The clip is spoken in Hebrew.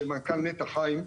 שמנכ"ל נת"ע היקר,